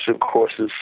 courses